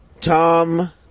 Tom